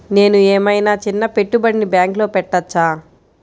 నేను ఏమయినా చిన్న పెట్టుబడిని బ్యాంక్లో పెట్టచ్చా?